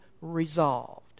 resolved